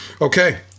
Okay